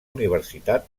universitat